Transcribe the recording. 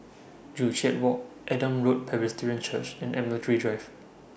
Joo Chiat Walk Adam Road Presbyterian Church and Admiralty Drive